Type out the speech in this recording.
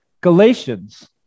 Galatians